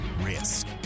risk